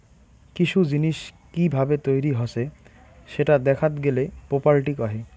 কিসু জিনিস কি ভাবে তৈরী হসে সেটা দেখাত গেলে প্রপার্টি কহে